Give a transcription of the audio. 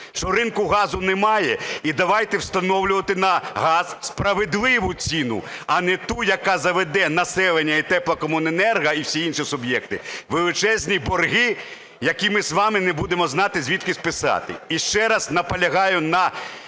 що ринку газу немає? І давайте встановлювати на газ справедливу ціну, а не ту, яка заведе населення і теплокомуненерго, і всі інші суб'єкти у величезні борги, які ми з вами не будемо знати, звідки списати. І ще раз наполягаю на